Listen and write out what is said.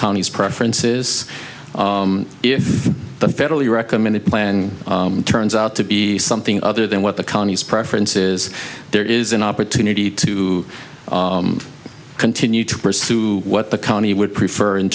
county's preference is if the federally recommended plan turns out to be something other than what the county's preference is there is an opportunity to continue to pursue what the county would prefer in